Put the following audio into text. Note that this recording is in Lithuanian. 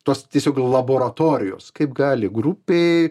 tuos tiesiog laboratorijos kaip gali grupėj